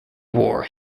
war